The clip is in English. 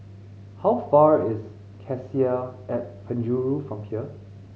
how far is Cassia at Penjuru from here